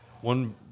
one